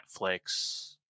Netflix